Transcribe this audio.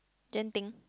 Genting